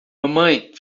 mamãe